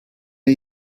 are